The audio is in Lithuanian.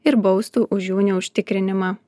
ir baustų už jų neužtikrinimą